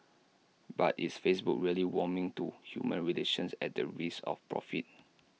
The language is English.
but is Facebook really warming to human relations at the risk of profit